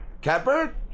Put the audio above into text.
Catbird